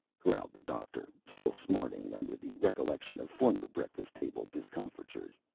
growled the doctor, still smarting under the recollection of former breakfast-table discomfitures.